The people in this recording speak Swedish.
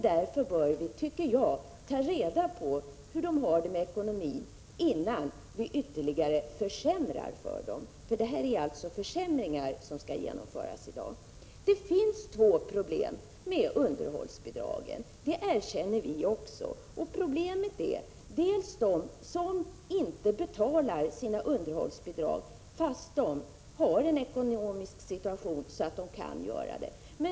Därför bör vi, tycker jag, ta reda på hur de har det med ekonomin innan vi ytterligare försämrar för dem. För det är försämringar som skall genomföras i dag. Det finns två problem med underhållsbidragen, det erkänner vi också. Ett problem är de som inte betalar sina underhållsbidrag fastän de har en sådan ekonomisk situation att de kan göra det.